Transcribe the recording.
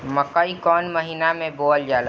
मकई कौन महीना मे बोअल जाला?